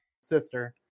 sister